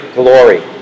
glory